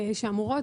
שאמורים,